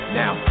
now